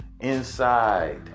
inside